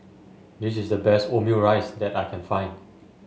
this is the best Omurice that I can find